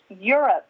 Europe